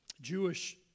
Jewish